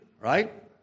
right